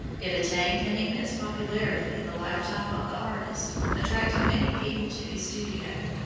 it attained an immense popularity in the lifetime of the artist, attracting many people to his studio.